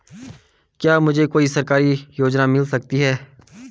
क्या मुझे कोई सरकारी योजना मिल सकती है?